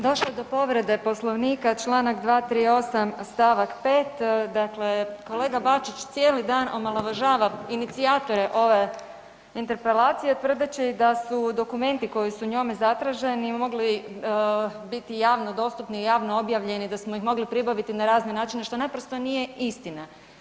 Došlo je do povrede Poslovnika čl. 238. st. 5., dakle kolega Bačić cijeli dan omalovažava inicijatore ove interpelacije tvrdeći da su dokumenti koji su njome zatraženi mogli biti javno dostupni i javno objavljeni, da smo ih mogli pribaviti na razne načine, što naprosto nije istina.